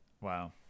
Wow